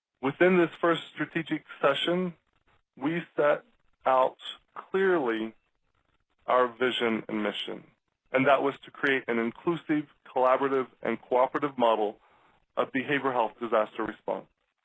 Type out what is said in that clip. within this first strategic session we set out clearly our vision and mission and that was to create an inclusive, collaborative, and cooperative model of behavioral health disaster response.